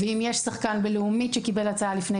ואם יש שחקן בלאומית שקיבל הצעה לפני